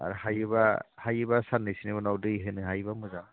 आरो हायोबा हायोबा साननैसोनि उनाव दै होनो हायोबा मोजां